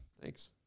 Thanks